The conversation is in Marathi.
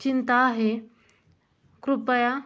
चिंता आहे कृपया